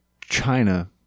China